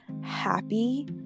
happy